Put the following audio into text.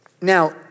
Now